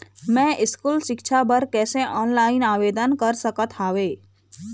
मैं स्कूल सिक्छा बर कैसे ऑनलाइन आवेदन कर सकत हावे?